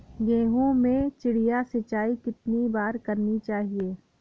गेहूँ में चिड़िया सिंचाई कितनी बार करनी चाहिए?